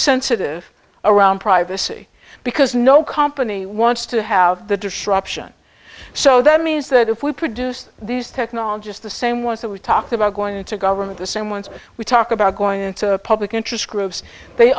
sensitive around privacy because no company wants to have the disruption so that means that if we produce these technologists the same ones that we talked about going into government the same ones we talk about going into the public interest groups they